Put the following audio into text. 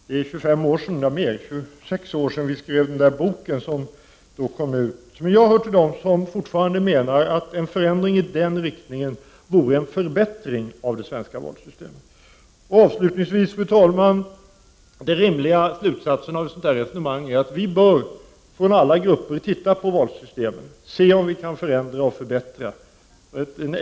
Det är nu 26 år sedan som vi skrev boken, men jag hör fortfarande till dem som menar att en förändring i den riktningen vore en förbättring av det svenska valsystemet. Avslutningsvis, fru talman, är den rimliga slutsatsen av ett sådant här resonemang att vi från alla grupper bör se om valsystemet kan förändras och förbättras.